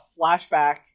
flashback